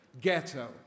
ghetto